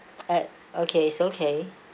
uh okay it's okay